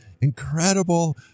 incredible